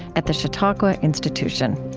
at the chautauqua institution